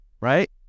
Right